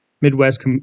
Midwest